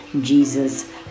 Jesus